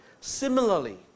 Similarly